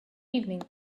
evening